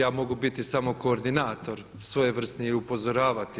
Ja mogu biti samo koordinator svojevrsni i upozoravati.